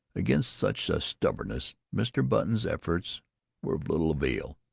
against such a stubbornness mr. button's efforts were of little avail.